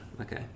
okay